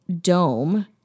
dome